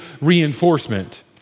reinforcement